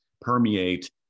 permeate